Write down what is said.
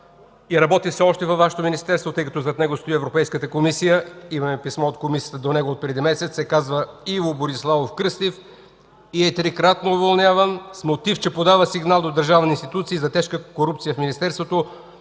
и работи все още във Вашето Министерство, тъй като зад него стои Европейската комисия – имаме писмо от Комисията до него отпреди месец, се казва Иво Бориславов Кръстев и е трикратно уволняван с мотив, че подава сигнал до държавни институции за тежка корупция в Министерството.